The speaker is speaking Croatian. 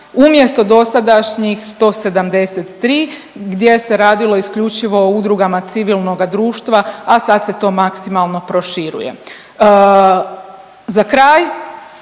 umjesto dosadašnjih 173 gdje se radilo isključivo o udrugama civilnoga društva, a sada se to maksimalno proširuje. Za kraj,